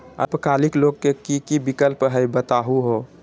अल्पकालिक लोन के कि कि विक्लप हई बताहु हो?